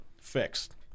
fixed